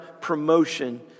promotion